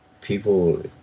people